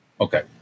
Okay